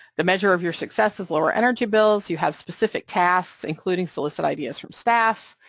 the measure of your success is lower energy bills. you have specific tasks including solicit ideas from staff,